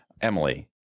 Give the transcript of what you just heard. Emily